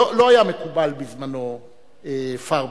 לא היה מקובל בזמנו פראוור.